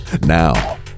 Now